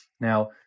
Now